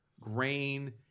grain